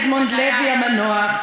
ודוח השופט אדמונד לוי המנוח,